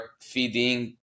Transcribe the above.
feeding